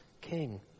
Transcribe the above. king